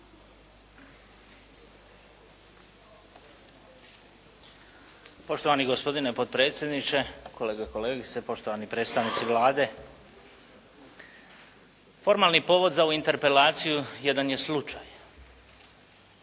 Poštovani gospodine potpredsjedniče, kolege i kolegice, poštovani predstavnici Vlade. Formalni povod za ovu interpelaciju jedan je slučaj.